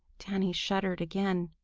danny shuddered again.